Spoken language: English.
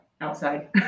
outside